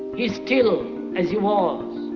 is still as he was.